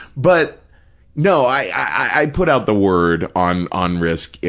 but no, i put out the word on on risk!